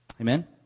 Amen